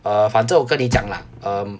uh 反正我跟你讲 lah um